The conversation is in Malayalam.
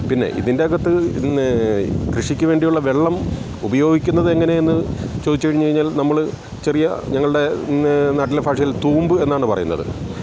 പിന്നെ ഇതിന്റെയകത്ത് കൃഷിക്ക് വേണ്ടിയുള്ള വെള്ളം ഉപയോഗിക്കുന്നതെങ്ങനെയെന്ന് ചോദിച്ചുകഴിഞ്ഞു കഴിഞ്ഞാൽ നമ്മൾ ചെറിയ ഞങ്ങളുടെ നാട്ടിലെ ഭാഷയിൽ തൂമ്പ് എന്നാണ് പറയുന്നത്